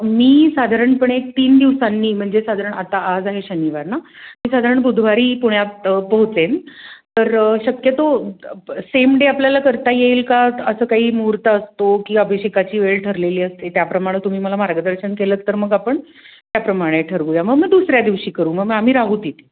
मी साधारणपणे तीन दिवसांनी म्हणजे साधारण आता आज आहे शनिवार ना मी साधारण बुधवारी पुण्यात पोहोचेन तर शक्यतो सेम डे आपल्याला करता येईल का असं काही मुहूर्त असतो की अभिषेकाची वेळ ठरलेली असते त्याप्रमाणं तुम्ही मला मार्गदर्शन केलंत तर मग आपण त्याप्रमाणे ठरवूया मग मग दुसऱ्या दिवशी करू मग आम्ही राहू तिथे